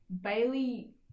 Bailey